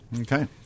Okay